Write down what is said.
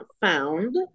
found